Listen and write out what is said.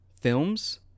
films